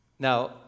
Now